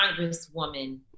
Congresswoman